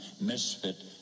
misfit